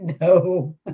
no